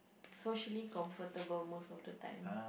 socially comfortable most of the time